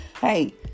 Hey